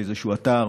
באיזשהו אתר,